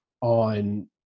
on